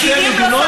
שתי מדינות,